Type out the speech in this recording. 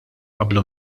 qablu